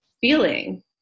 feeling